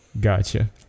Gotcha